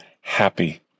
Happy